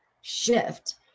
shift